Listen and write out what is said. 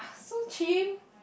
so cheem